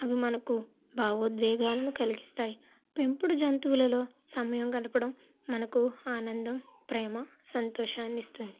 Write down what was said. అవి మనకు భావోద్వేగాలను కలిగిస్తాయి పెంపుడు జంతువులలో సమయం గడపడం మనకి ఆనందం ప్రేమ సంతోషాన్ని ఇస్తాయి